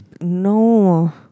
No